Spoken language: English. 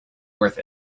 worth